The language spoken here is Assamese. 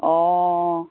অঁ